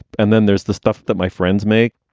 and then there's the stuff that my friends make.